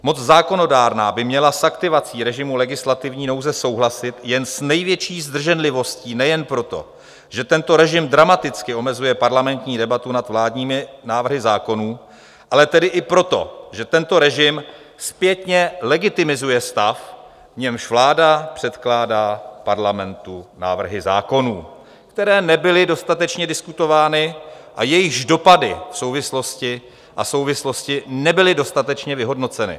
Moc zákonodárná by měla s aktivací režimu legislativní nouze souhlasit jen s největší zdrženlivostí nejen proto, že tento režim dramaticky omezuje parlamentní debatu nad vládními návrhy zákonů, ale i proto, že tento režim zpětně legitimizuje stav, v němž vláda předkládá Parlamentu návrhy zákonů, které nebyly dostatečně diskutovány a jejichž dopady a souvislosti nebyly dostatečně vyhodnoceny.